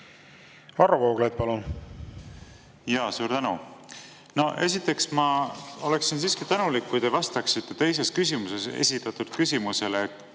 Varro Vooglaid, palun! Jaa, suur tänu! Esiteks, ma oleksin siiski tänulik, kui te vastaksite teises küsimuses esitatud küsimusele,